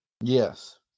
yes